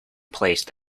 placed